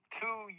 two